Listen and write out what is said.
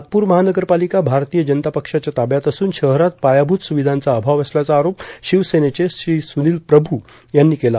नागपूर महानगर पालिका भारतीय जनता पक्षाच्या ताब्यात असून शहरात पायाभूत सुविधांचा अभाव असल्याचा आरोप शिवसेनेचे श्री सुनिल प्रभू यांनी केला